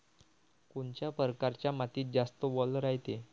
कोनच्या परकारच्या मातीत जास्त वल रायते?